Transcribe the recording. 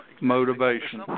motivation